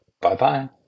Bye-bye